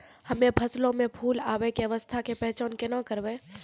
हम्मे फसलो मे फूल आबै के अवस्था के पहचान केना करबै?